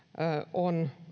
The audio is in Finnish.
on